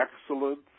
Excellence